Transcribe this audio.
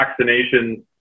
vaccinations